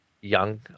young